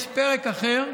יש פרק אחר,